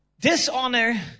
Dishonor